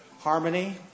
harmony